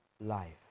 life